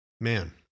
man